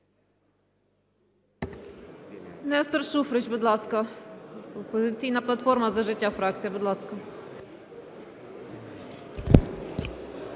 Нестор Шуфрич, будь ласка, "Опозиційна платформа – За життя" фракція. Будь ласка.